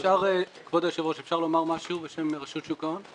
אפשר לומר משהו בשם רשות שוק ההון?